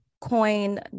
coin